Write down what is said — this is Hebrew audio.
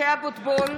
המליאה.) (קוראת בשם חבר הכנסת) משה אבוטבול,